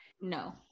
No